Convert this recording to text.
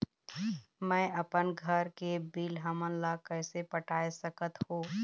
मैं अपन घर के बिल हमन ला कैसे पटाए सकत हो?